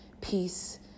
peace